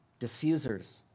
diffusers